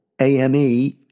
AME